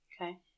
Okay